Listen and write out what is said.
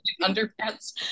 underpants